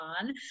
on